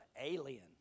alien